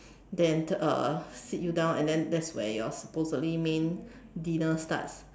then uh sit you down and that's where your supposedly main dinner starts